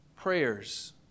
Prayers